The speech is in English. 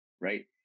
right